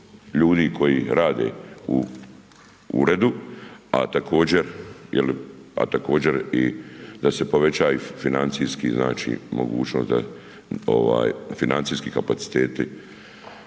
koji rade u uredu, a također jeli, a također da se poveća i financijski znači mogućnost da ovaj financijski kapaciteti